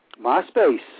MySpace